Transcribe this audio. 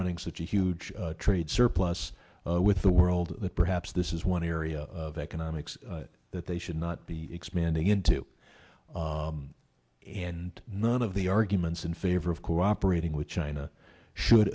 running such a huge trade surplus with the world that perhaps this is one area of economics that they should not be expanding into and none of the arguments in favor of cooperating with china should